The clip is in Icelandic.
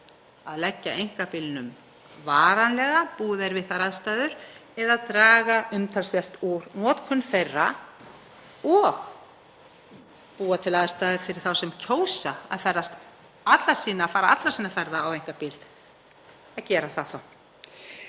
að leggja einkabílnum varanlega, búi þeir við þær aðstæður, eða draga umtalsvert úr notkun þeirra og búa til aðstæður fyrir þá sem kjósa að fara allra sinna ferða á einkabíl. Áhugi minn á